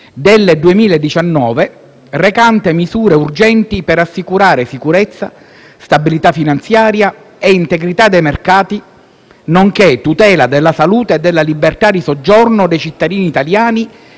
del 2019, recante misure urgenti per assicurare sicurezza, stabilità finanziaria e integrità dei mercati, nonché tutela della salute e della libertà di soggiorno dei cittadini italiani